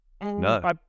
No